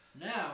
Now